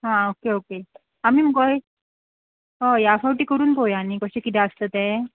आं okay okay आमी मुगो हय ह्या फावटी करून पळोवया न्ही कशें किदें आसता तें